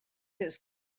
his